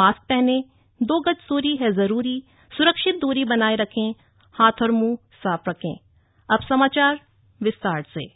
mask पहनें दो गज दूरी है जरूरी सुरक्षित दूरी बनाये रखें हाथ और मुंह साफ रखें अब समाचार विस्तार से